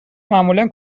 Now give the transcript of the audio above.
معمولا